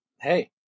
Hey